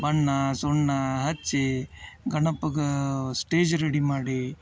ಬಣ್ಣ ಸುಣ್ಣ ಹಚ್ಚಿ ಗಣಪಗೆ ಸ್ಟೇಜ್ ರೆಡಿ ಮಾಡಿ